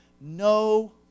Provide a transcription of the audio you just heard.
no